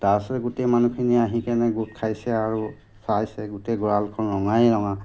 তাৰপাছতে গোটেই মানুহখিনি আহি কেনে গোট খাইছে আৰু চাইছে গোটেই গঁৰালখন ৰঙাই ৰঙা